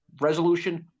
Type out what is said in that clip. Resolution